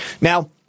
Now